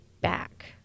back